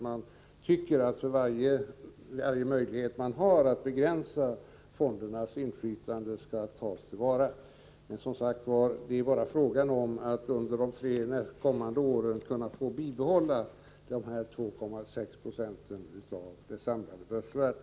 Man vill ta till vara varje möjlighet att begränsa fondernas inflytande. Men här är det bara fråga om att under de tre kommande åren få bibehålla 2,6 70 av det samlade börsvärdet.